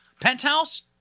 penthouse